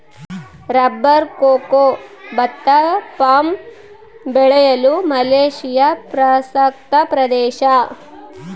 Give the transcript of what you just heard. rubber cocoa ಭತ್ತ palm ಬೆಳೆಯಲು Malaysia ಪ್ರಸಕ್ತ ಪ್ರದೇಶ